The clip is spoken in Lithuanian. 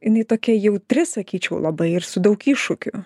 jinai tokia jautri sakyčiau labai ir su daug iššūkių